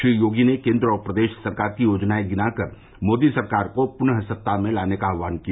श्री योगी ने केन्द्र और प्रदेश सरकार की योजनाएं गिनाकर मोदी सरकार को पुनः सत्ता में लाने का आहवान किया